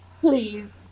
please